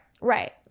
right